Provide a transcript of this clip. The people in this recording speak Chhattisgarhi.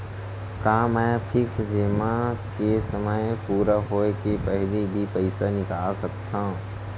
का मैं फिक्स जेमा के समय पूरा होय के पहिली भी पइसा निकाल सकथव?